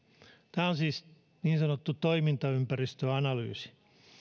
tämä on siis niin sanottu toimintaympäristöanalyysi